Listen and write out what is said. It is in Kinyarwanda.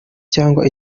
cyangwa